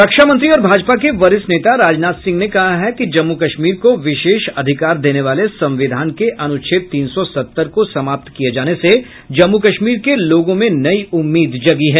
रक्षामंत्री और भाजपा के वरिष्ठ नेता राजनाथ सिंह ने कहा है कि जम्मू कश्मीर को विशेष अधिकार देने वाले संविधान के अनुच्छेद तीन सौ सत्तर को समाप्त किये जाने से जम्मू कश्मीर के लोगों में नयी उम्मीद जगी है